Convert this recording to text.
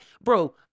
bro